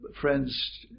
friends